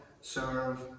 serve